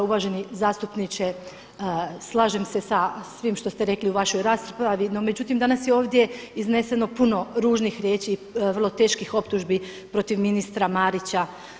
Uvaženi zastupniče, slažem se sa svim što ste rekli u vašoj raspravi, no međutim danas je ovdje izneseno puno ružnih riječi i vrlo teških optužbi protiv ministara Marića.